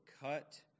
cut